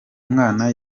mwana